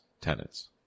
tenants